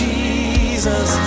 Jesus